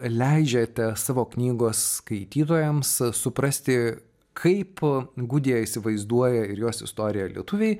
leidžiate savo knygos skaitytojams suprasti kaip gudiją įsivaizduoja ir jos istoriją lietuviai